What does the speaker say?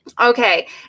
Okay